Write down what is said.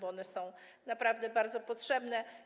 One są naprawdę bardzo potrzebne.